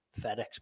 FedEx